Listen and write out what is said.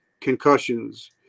concussions